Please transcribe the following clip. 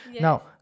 now